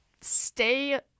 stay